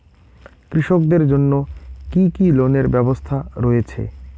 কৃষকদের জন্য কি কি লোনের ব্যবস্থা রয়েছে?